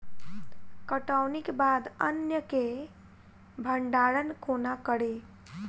कटौनीक बाद अन्न केँ भंडारण कोना करी?